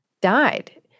died